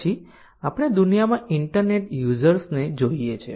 પછી આપણે દુનિયામાં ઇન્ટરનેટ યુઝર્સને જોઈએ છીએ